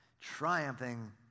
triumphing